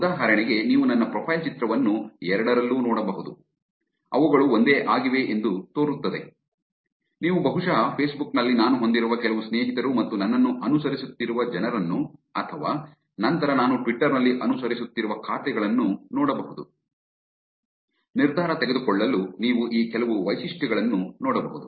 ಉದಾಹರಣೆಗೆ ನೀವು ನನ್ನ ಪ್ರೊಫೈಲ್ ಚಿತ್ರವನ್ನು ಎರಡರಲ್ಲೂ ನೋಡಬಹುದು ಅವುಗಳು ಒಂದೇ ಆಗಿವೆ ಎಂದು ತೋರುತ್ತದೆ ನೀವು ಬಹುಶಃ ಫೇಸ್ಬುಕ್ ನಲ್ಲಿ ನಾನು ಹೊಂದಿರುವ ಕೆಲವು ಸ್ನೇಹಿತರು ಮತ್ತು ನನ್ನನ್ನು ಅನುಸರಿಸುತ್ತಿರುವ ಜನರನ್ನು ಅಥವಾ ನಂತರ ನಾನು ಟ್ವಿಟರ್ ನಲ್ಲಿ ಅನುಸರಿಸುತ್ತಿರುವ ಖಾತೆಗಳನ್ನು ನೋಡಬಹುದು ನಿರ್ಧಾರ ತೆಗೆದುಕೊಳ್ಳಲು ನೀವು ಈ ಕೆಲವು ವೈಶಿಷ್ಟ್ಯಗಳನ್ನು ನೋಡಬಹುದು